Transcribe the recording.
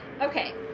Okay